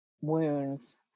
wounds